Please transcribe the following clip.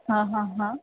हां हां हां